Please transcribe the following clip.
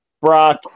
Brock